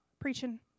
preaching